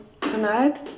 Tonight